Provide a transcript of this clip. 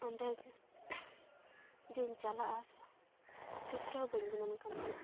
ᱚᱸᱰᱮ ᱡᱮᱧ ᱪᱟᱞᱟᱜᱼᱟ ᱛᱤᱥ ᱨᱮᱦᱚᱸ ᱵᱟᱹᱧ ᱜᱩᱱᱟᱱ ᱟᱠᱟᱱ ᱛᱟᱦᱮᱱᱟ